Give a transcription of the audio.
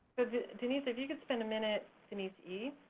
denise if you could spend a minute, denise e,